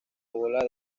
bola